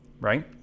right